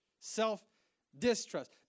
self-distrust